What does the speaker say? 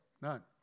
none